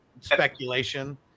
speculation